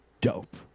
dope